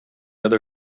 other